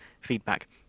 feedback